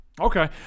okay